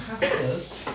pastors